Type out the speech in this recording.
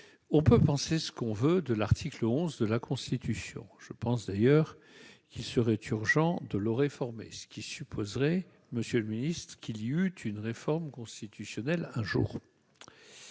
On peut penser ce que l'on veut de l'article 11 de la Constitution. Je pense d'ailleurs qu'il serait urgent de le réformer, ce qui supposerait, monsieur le ministre, qu'une révision constitutionnelle soit